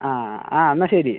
ആ ആ എന്നാൽ ശരി